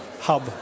hub